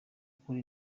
kuri